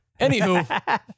Anywho